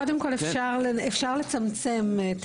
קודם כל אפשר לצמצם את